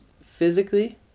physically